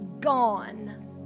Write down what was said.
gone